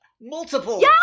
multiple